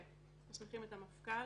כן, מסמיכים את המפכ"ל.